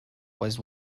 was